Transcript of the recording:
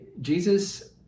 Jesus